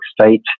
State